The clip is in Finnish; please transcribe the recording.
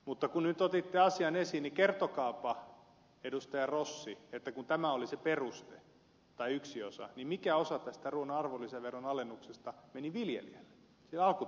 mutta kun nyt otitte asian esiin niin kertokaapa edustaja rossi että kun tämä oli se peruste tai yksi osa niin mikä osa tästä ruuan arvonlisäveron alennuksesta meni viljelijälle sille alkutuottajalle kuinka paljon